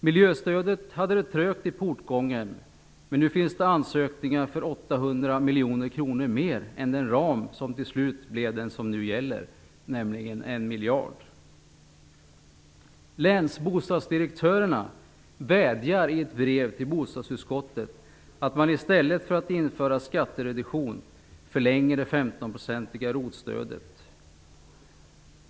Miljöstödet hade det trögt i portgången, men nu finns det ansökningar om 800 miljoner kronor mer än vad som finns i den ram som till slut blev den som nu gäller, nämligen 1 miljard. Länsbostadsdirektörerna vädjar i ett brev till bostadsutskottet om att man i stället för att införa skattereduktion skall förlänga det 15-procentiga ROT stödet.